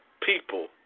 people